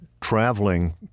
traveling